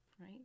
right